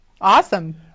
Awesome